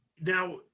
Now